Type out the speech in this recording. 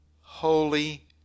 holy